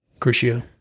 Crucio